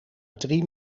drie